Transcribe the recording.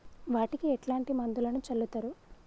వాటికి ఎట్లాంటి మందులను చల్లుతరు?